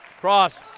cross